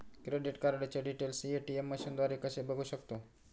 Credit कार्डचे details ATM मशीनद्वारे कसे बघू शकतो?